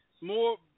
more